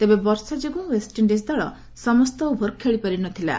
ତେବେ ବର୍ଷା ଯୋଗୁଁ ୱେଷ୍ଟଇଣ୍ଡିକ୍ ଦଳ ସମସ୍ତ ଓଭର ଖେଳିପାରିନଥଲା